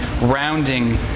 rounding